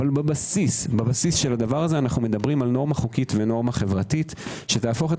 אך בבסיס של זה אנו מדברים על נורמה חוקית ונורמה חברתית שתהפוך את